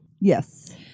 Yes